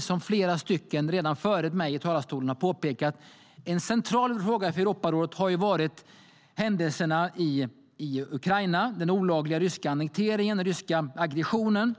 Som flera före mig i talarstolen påpekat har en central fråga för Europarådet varit händelserna i Ukraina, den olagliga ryska annekteringen och den ryska aggressionen